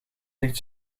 ligt